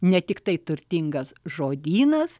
ne tiktai turtingas žodynas